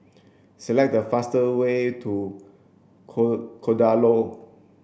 select the fastest way to Kadaloor